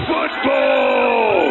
Football